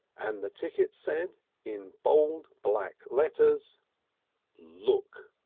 and the ticket said in bold black letters look!